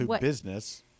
business